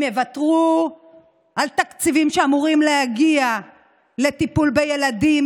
הם יוותרו על תקציבים שאמורים להגיע לטיפול בילדים,